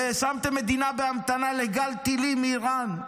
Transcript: ושמתם מדינה בהמתנה לגל טילים מאיראן.